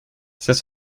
c’est